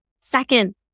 Second